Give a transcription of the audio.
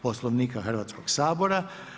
Poslovnika Hrvatskoga sabora.